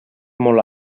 molt